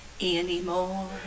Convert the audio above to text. anymore